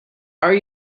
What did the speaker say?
are